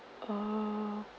um